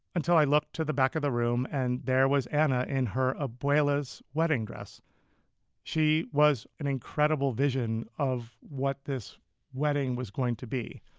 until i looked to the back of the room. and there was anna in her abuela's wedding dress she was an incredible vision of what this wedding was going to be.